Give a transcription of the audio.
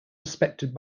respected